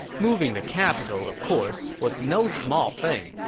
moving the capital, of course, was no small thing,